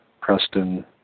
Preston